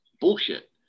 bullshit